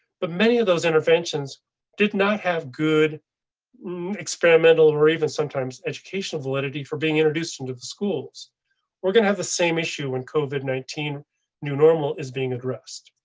but many of those interventions did not have good experimental or even sometimes educational validity. for being introduced into the schools were going to have the same issue in covid nineteen new normal is being addressed.